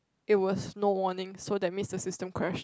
it was no warning so that means the system crashed